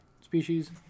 species